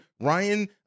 Ryan